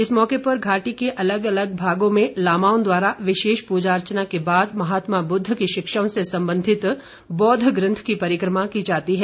इस मौके पर घाटी के अलग अलग भागों में लामाओं द्वारा विशेष पूजा अर्चना के बाद महात्मा बुद्ध की शिक्षाओं से संबंधित बौद्ध ग्रंथ की परिक्रमा की जाती है